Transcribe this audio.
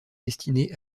destinés